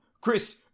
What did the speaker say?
Chris